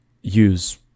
use